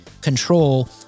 control